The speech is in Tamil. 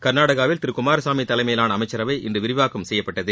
கர்நாடகாவில் திரு குமாரசாமி தலைமையிலாள அமைச்சரவை இன்று விரிவாக்கம் செய்யப்பட்டது